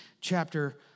chapter